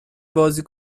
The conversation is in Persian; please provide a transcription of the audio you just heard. بازی